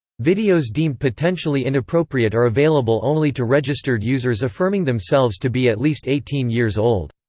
videos deemed potentially inappropriate are available only to registered users affirming themselves to be at least eighteen years old.